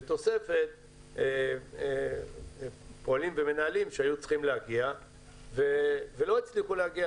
בתוספת פועלים ומנהלים שהיו צריכים להגיע ולא הצליחו להגיע